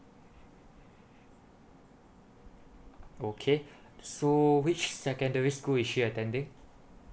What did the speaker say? okay so which secondary school is she attending